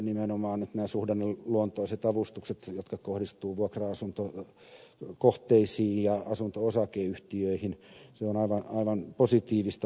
nimenomaan suhdanneluontoiset avustukset jotka kohdistuvat vuokra asuntokohteisiin ja asunto osakeyhtiöihin ovat nyt positiivisia